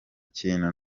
kintu